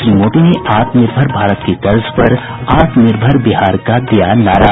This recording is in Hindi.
श्री मोदी ने आत्मनिर्भर भारत की तर्ज पर आत्मनिर्भर बिहार का दिया नारा